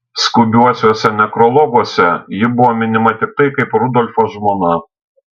skubiuosiuose nekrologuose ji buvo minima tiktai kaip rudolfo žmona